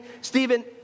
Stephen